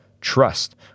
trust